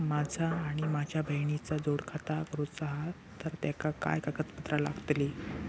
माझा आणि माझ्या बहिणीचा जोड खाता करूचा हा तर तेका काय काय कागदपत्र लागतली?